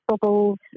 bubbles